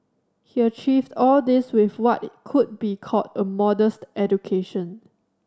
he achieved all this with what could be called a modest education